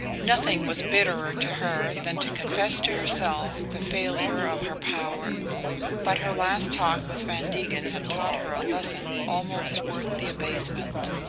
nothing was bitterer to her than to confess to herself the failure of her power but her last talk with van degen had taught her a lesson almost worth the abasement.